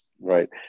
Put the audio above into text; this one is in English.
Right